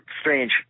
strange